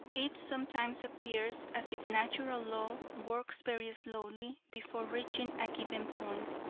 it sometimes appears as if natural law works very slowly before reaching a given point,